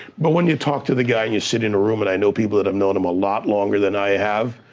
but when you talk to the guy and you sit in a room, and i know people that have known him a lot longer than i have,